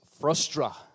Frustra